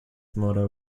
motto